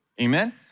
Amen